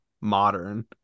Modern